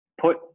put